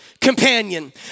companion